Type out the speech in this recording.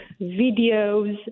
videos